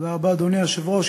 תודה רבה, אדוני היושב-ראש.